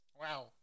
Wow